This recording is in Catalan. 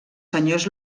senyors